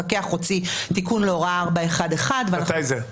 והמפקח הוציא תיקון להוראה 411. מתי זה היה?